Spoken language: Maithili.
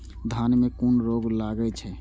धान में कुन रोग लागे छै?